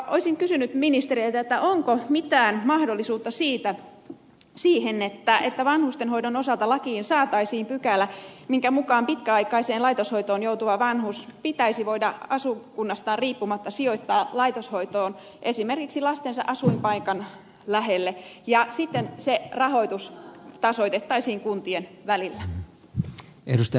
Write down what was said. olisin kysynyt ministereiltä onko mitään mahdollisuutta siihen että vanhustenhoidon osalta lakiin saataisiin pykälä jonka mukaan pitkäaikaiseen laitoshoitoon joutuva vanhus pitäisi voida asuinkunnastaan riippumatta sijoittaa laitoshoitoon esimerkiksi lastensa asuinpaikan lähelle ja sitten se rahoitus tasoitettaisiin kuntien välillä